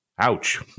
Ouch